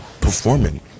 performing